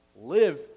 live